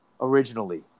originally